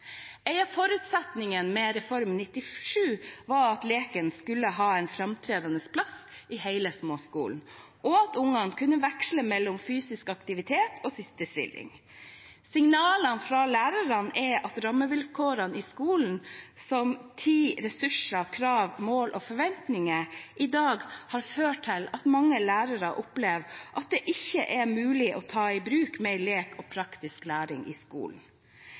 97 var at leken skulle ha en framtredende plass i hele småskolen, og at ungene kunne veksle mellom fysisk aktivitet og stillesitting. Signalene fra lærerne er at rammevilkår i skolen – som tid, ressurser, krav, mål og forventninger – i dag har ført til at mange lærere opplever at det ikke er mulig å ta i bruk mer lek og praktisk læring i skolen.